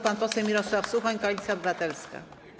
Pan poseł Mirosław Suchoń, Koalicja Obywatelska.